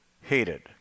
hated